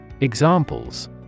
Examples